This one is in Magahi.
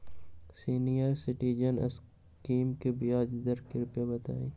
सीनियर सिटीजन स्कीम के ब्याज दर कृपया बताईं